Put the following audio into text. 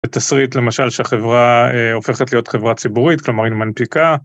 תסריט למשל שהחברה הופכת להיות חברה ציבורית כלומר היא מנפיקה